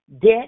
Debt